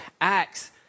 Acts